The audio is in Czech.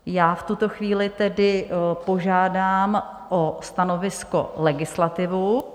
V tuto chvíli tedy požádám o stanovisko legislativu.